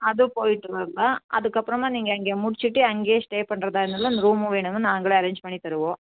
அது போய்ட்டு வரலாம் அதுக்கப்புறந்தான் நீங்கள் அங்கே முடிச்சுட்டு அங்கேயே ஸ்டே பண்ணுறதா இருந்தாலும் அந்த ரூமும் வேணும்னா நாங்கள் அரேஞ்ச் பண்ணி தருவோம்